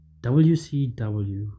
WCW